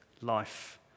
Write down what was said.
life